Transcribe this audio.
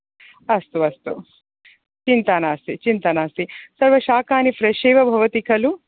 अस्तु अस्तु चिन्ता नास्ति चिन्ता नास्ति सर्वशाकानि फ्रे़ष् एव भवति खलु